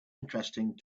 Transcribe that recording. interesting